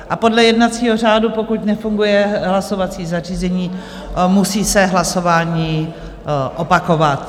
A podle jednacího řádu, pokud nefunguje hlasovací zařízení, musí se hlasování opakovat.